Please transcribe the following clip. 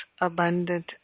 Abundant